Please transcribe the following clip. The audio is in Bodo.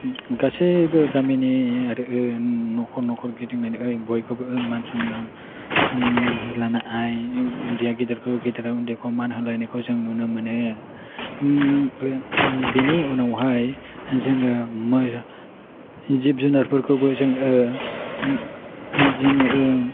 गासैबो गामिनि आरो न'खर न'खर गिदिंनानै बयखौबो मान सनमान लानाय उन्दैया गेदेरखौ गेदेरा उन्दैखौ मान होलायनायखौ जों नुनो मोनो बेनि उनावहाय जोङो जिब जुनारफोरखौबो जोङो